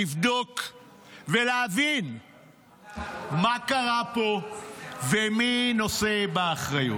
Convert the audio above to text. לבדוק ולהבין מה קרה פה ומי נושא באחריות.